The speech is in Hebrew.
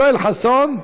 יואל חסון,